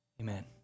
Amen